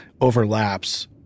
overlaps